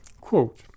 Quote